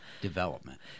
development